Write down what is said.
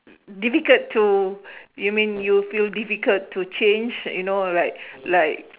difficult to you mean you feel difficult to change you know like like